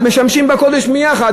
אבל משמשים בקודש ביחד,